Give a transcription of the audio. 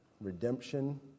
redemption